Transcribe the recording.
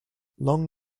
long